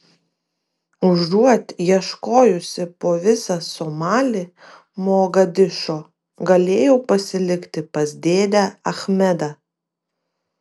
užuot ieškojusi po visą somalį mogadišo galėjau pasilikti pas dėdę achmedą